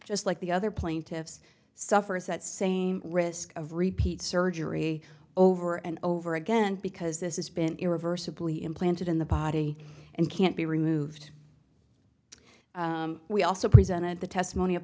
just like the other plaintiffs suffers that same risk of repeat surgery over and over again because this has been irreversibly implanted in the body and can't be removed we also presented the testimony of